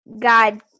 God